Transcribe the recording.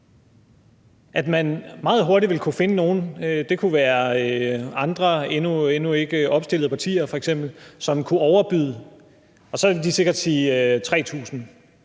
at man meget hurtigt vil kunne finde nogen – det kunne f.eks. være nogle endnu ikke opstillede partier – som kunne overbyde, og så ville de sikkert sige: 3.000.